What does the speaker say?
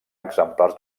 exemplars